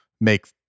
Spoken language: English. make